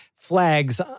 Flags